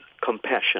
compassion